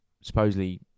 supposedly